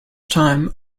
time